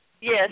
Yes